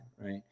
right